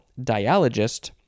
dialogist